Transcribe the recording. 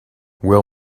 will